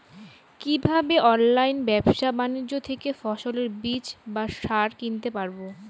কীভাবে অনলাইন ব্যাবসা বাণিজ্য থেকে ফসলের বীজ বা সার কিনতে পারবো?